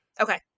Okay